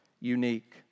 unique